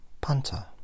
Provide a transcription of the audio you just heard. punter